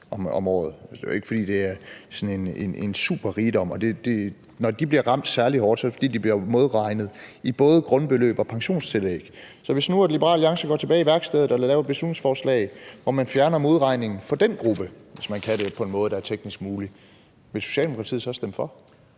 om året. Det er jo ikke, fordi det er super mange penge, og når de bliver ramt særligt hårdt, er det, fordi de bliver modregnet i både grundbeløb og pensionstillæg. Så hvis nu Liberal Alliance går tilbage i værkstedet og laver et beslutningsforslag, hvor man fjerner modregningen for den gruppe, hvis man kan det på en teknisk mulig måde, vil Socialdemokratiet så stemme for?